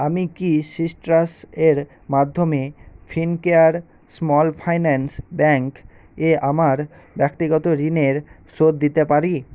আমি কি সিট্রাস এর মাধ্যমে ফিনকেয়ার স্মল ফাইন্যান্স ব্যাংক এ আমার ব্যক্তিগত ঋণের শোধ দিতে পারি